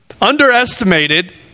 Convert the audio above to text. underestimated